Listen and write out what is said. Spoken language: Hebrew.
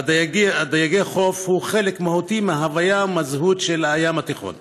ודיג חוף הוא חלק מהותי מההוויה ומהזהות של הים התיכון,